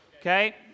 okay